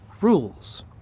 rules